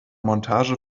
montage